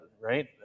right